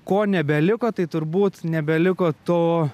ko nebeliko tai turbūt nebeliko to